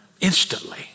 instantly